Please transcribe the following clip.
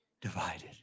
Divided